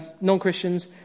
non-Christians